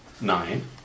Nine